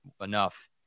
enough